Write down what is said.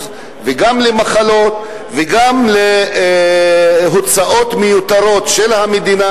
וגם למחלות וגם להוצאות מיותרות של המדינה,